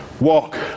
walk